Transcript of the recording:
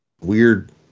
weird